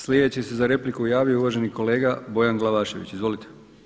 Sljedeći se za repliku javio uvaženi kolega Bojan Glavašević, izvolite.